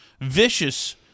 vicious